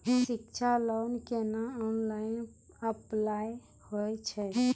शिक्षा लोन केना online apply होय छै?